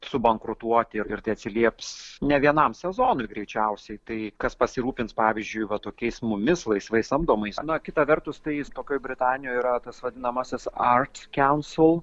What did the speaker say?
subankrutuoti ir ir tai atsilieps ne vienam sezonui greičiausiai tai kas pasirūpins pavyzdžiui va tokiais mumis laisvai samdomais na kita vertus tai jis tokioj britanijoj yra tas vadinamasis art council